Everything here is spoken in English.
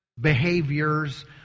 behaviors